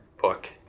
book